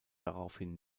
daraufhin